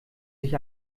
sich